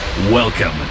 Welcome